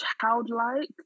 childlike